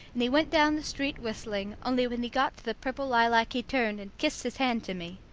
and he went down the street whistling, only when he got to the purple lilac he turned and kissed his hand to me.